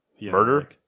Murder